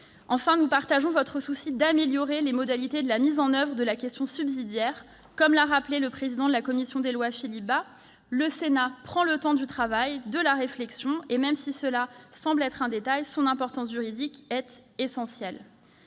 Enfin, nous partageons votre souci d'améliorer les modalités de la mise en oeuvre de la question subsidiaire. Comme l'a rappelé le président de votre commission des lois, Philippe Bas, le Sénat prend le temps du travail, de la réflexion, et, même si ce point semble être un détail, son importance juridique est essentielle.